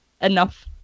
enough